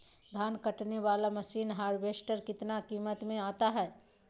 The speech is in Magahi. धान कटने बाला मसीन हार्बेस्टार कितना किमत में आता है?